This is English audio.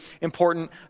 important